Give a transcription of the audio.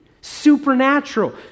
supernatural